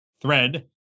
thread